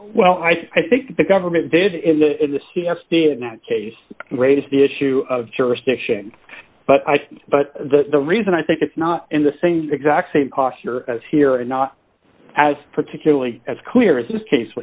well i think the government did in the in the c s t in that case raises the issue of jurisdiction but i but the reason i think it's not in the same exact same posture as here and not as particularly as clear as this case